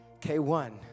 K1